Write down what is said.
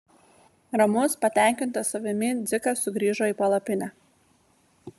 ramus patenkintas savimi dzikas sugrįžo į palapinę